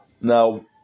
Now